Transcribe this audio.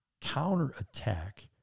counterattack